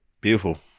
Beautiful